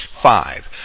Five